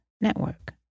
network